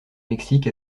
mexique